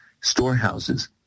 storehouses